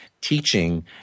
Teaching